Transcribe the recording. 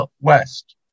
West